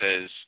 says